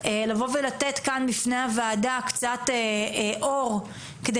לבוא ולתת כאן בפני הוועדה קצת אור כדי